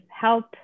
help